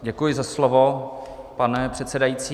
Děkuji za slovo, pane předsedající.